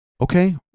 Okay